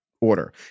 order